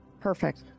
Perfect